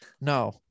No